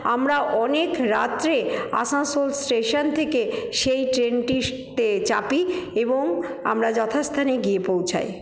আমরা অনেক রাত্রে আসানসোল স্টেশন থেকে সেই ট্রেনটিতে চাপি এবং আমরা যথাস্থানে গিয়ে পৌঁছাই